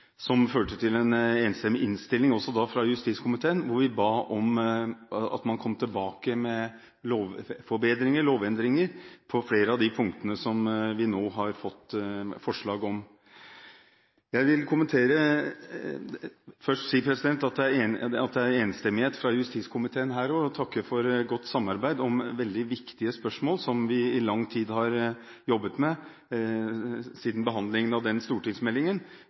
som førte til en enstemmig innstilling fra justiskomiteen, ba vi om at man kom tilbake med lovendringer på flere av punktene, og som vi nå har fått forslag om. Jeg vil først si at det også her er enstemmighet i justiskomiteen. Jeg vil takke for et godt samarbeid om veldig viktige spørsmål som vi har jobbet med i lang tid – siden behandlingen av den stortingsmeldingen